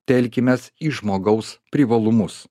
telkimės į žmogaus privalumus